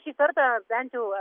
šį kartą bent jau